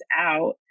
out